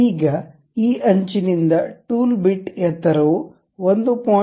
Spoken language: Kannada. ಈಗ ಈ ಅಂಚಿನಿಂದ ಟೂಲ್ ಬಿಟ್ ಎತ್ತರವು 1